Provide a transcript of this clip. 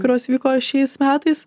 kurios vyko šiais metais